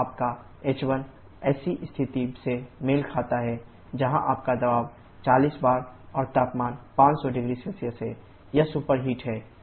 तो आपका h1 ऐसी स्थिति से मेल खाता है जहां आपका दबाव 40 बार और तापमान 500 0C है यह सुपरहिट है